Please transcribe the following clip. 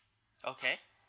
okay